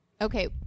Okay